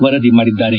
ವರದಿ ಮಾಡಿದ್ದಾರೆ